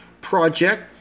project